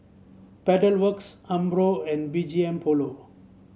Pedal Works Umbro and B G M Polo